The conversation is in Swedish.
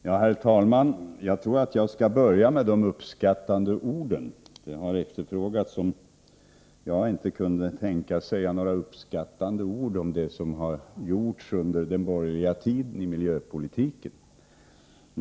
Herr talman! Jag tror att jag skall börja med de uppskattande orden. Det har efterfrågats om jag inte kunde tänkas säga några uppskattande ord om det som gjordes under den borgerliga tiden på miljöpolitikens område.